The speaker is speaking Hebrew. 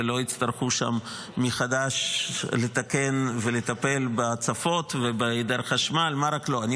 ולא יצטרכו מחדש לתקן ולטפל בהצפות ובהיעדר חשמל ומה לא.